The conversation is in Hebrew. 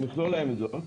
מכלול העמדות,